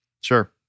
Sure